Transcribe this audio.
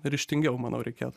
ryžtingiau manau reikėt